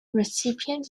recipient